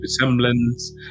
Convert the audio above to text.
resemblance